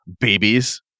Babies